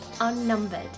unnumbered